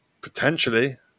potentially